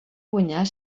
guanyar